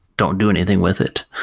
don't do anything with it.